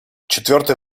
четвертый